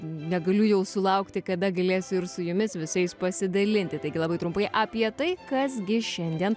negaliu jau sulaukti kada galėsiu ir su jumis visais pasidalinti taigi labai trumpai apie tai kas gi šiandien